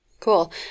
Cool